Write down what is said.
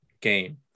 game